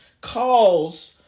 calls